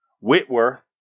Whitworth